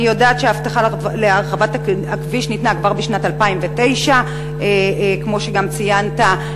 אני יודעת שהבטחה להרחבת הכביש ניתנה כבר בשנת 2009. כמו שגם ציינת,